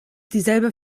dieselbe